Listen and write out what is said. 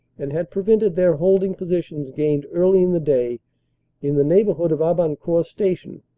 and had prevented their holding positions gained early in the day in the neighborhood of aban court station,